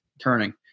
turning